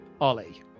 Ollie